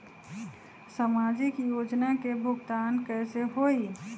समाजिक योजना के भुगतान कैसे होई?